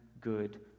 good